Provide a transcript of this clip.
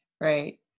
right